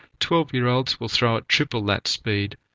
twelve year olds will throw triple that speed,